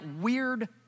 weird